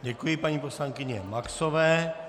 Děkuji paní poslankyni Maxové.